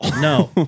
no